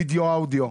וידאו ואודיו,